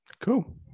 Cool